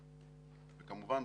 וכמובן,